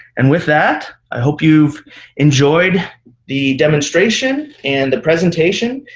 and with that, i hope you've enjoyed the demonstration and the presentation.